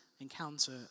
encounter